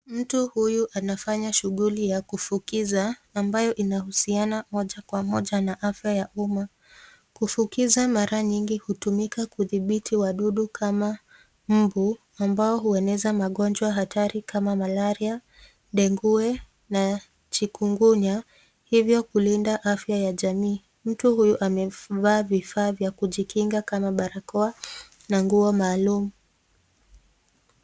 Mtu huyo anafanya shughuli ya kufukiza ambayo inahusiana moja kwa moja na afya ya uma. Kufukiza mara nyingi hutumika kudhibiti wadudu kama mbu ambao hueneza magonjwa hatari kama maralia, ndengue, na chikungunya, hivyo kulinda afya ya jamii. Mtu huyu amevaa vifaa vya kujikinga kama barakoa na nguo maalumu.